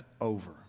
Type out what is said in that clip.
over